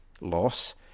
loss